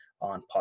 on